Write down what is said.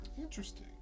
Interesting